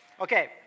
Okay